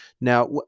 now